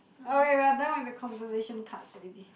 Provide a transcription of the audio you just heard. okay we are done with the conversation cards already